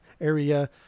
area